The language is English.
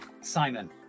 Simon